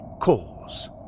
cause